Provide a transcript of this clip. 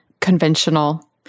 conventional